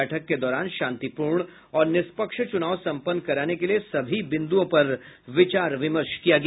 बैठक के दौरान शांतिपूर्ण और निष्पक्ष चुनाव संपन्न कराने के लिए सभी बिंदुओं पर विचार विमर्श किया गया